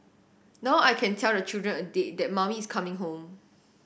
now I can tell the children a date that mummy is coming home